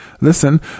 Listen